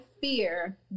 fear